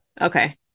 okay